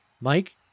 Mike